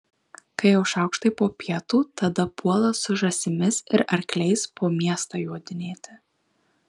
kai jau šaukštai po pietų tada puola su žąsimis ir arkliais po miestą jodinėti